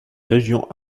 régions